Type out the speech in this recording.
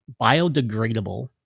biodegradable